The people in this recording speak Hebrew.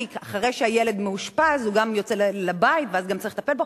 כי ילד שאושפז גם יוצא הביתה ואז גם צריך לטפל בו.